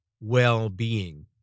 well-being